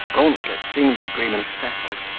gauntlet seeing the agreement settled,